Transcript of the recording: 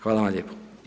Hvala vam lijepo.